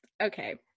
Okay